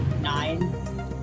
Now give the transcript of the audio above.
nine